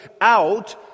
out